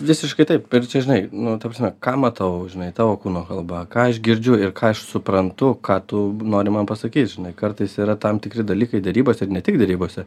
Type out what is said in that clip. visiškai taip ir čia žinai nu ta prasme ką matau žinai tavo kūno kalba ką aš girdžiu ir ką aš suprantu ką tu nori man pasakyt žinai kartais yra tam tikri dalykai derybose ir ne tik derybose